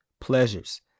pleasures